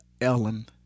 Ellen